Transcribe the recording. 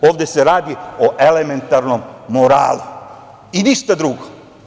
Ovde se radi o elementarnom moralu i ništa drugo.